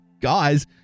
guys